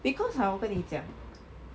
because hor 我跟你讲